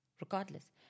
regardless